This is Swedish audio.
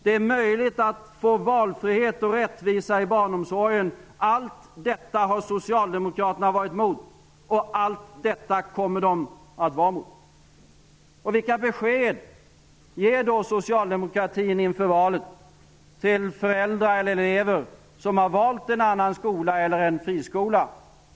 Det är möjligt att få valfrihet och rättvisa i barnomsorgen. Allt detta har Socialdemokraterna varit emot, och allt detta kommer de att vara emot. Vilka besked ger Socialdemokraterna inför valet till föräldrar och elever som har valt en annan skola eller en friskola?